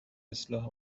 اصلاح